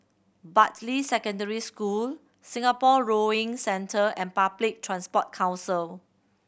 Bartley Secondary School Singapore Rowing Centre and Public Transport Council